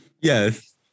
Yes